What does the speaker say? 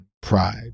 Pride